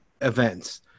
events